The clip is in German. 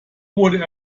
wurde